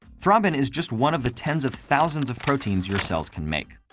thrombin is just one of the tens of thousands of proteins your cells can make.